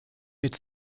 mit